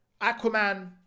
Aquaman